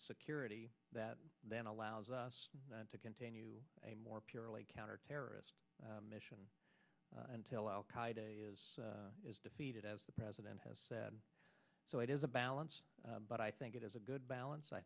security that then allows us to continue a more purely counterterrorist mission until al qaeda is defeated as the president has said so it is a balance but i think it is a good balance i